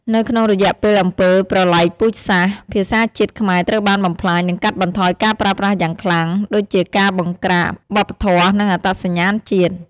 នៅក្នុងរយៈពេលអំពើប្រល័យពូជសាសន៍ ភាសាជាតិខ្មែរត្រូវបានបំផ្លាញ និងកាត់បន្ថយការប្រើប្រាស់យ៉ាងខ្លាំង ដូចជាការបង្ក្រាបវប្បធម៌និងអត្តសញ្ញាណជាតិ។